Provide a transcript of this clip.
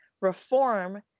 reform